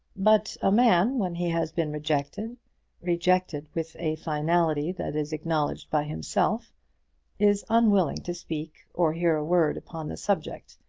but a man, when he has been rejected rejected with a finality that is acknowledged by himself is unwilling to speak or hear a word upon the subject,